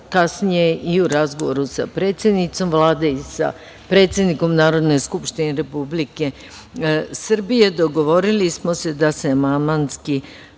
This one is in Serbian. Kasnije, i u razgovoru sa predsednicom Vlade i sa predsednikom Narodne skupštine Republike Srbije, dogovorili smo se da se amandmanski